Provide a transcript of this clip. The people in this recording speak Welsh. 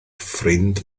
ffrind